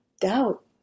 doubt